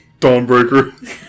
Dawnbreaker